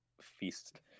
feast